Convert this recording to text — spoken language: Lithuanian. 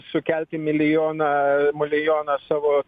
sukelti milijoną mulijoną savo